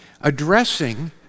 addressing